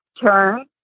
turn